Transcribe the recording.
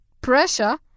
pressure